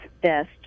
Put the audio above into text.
best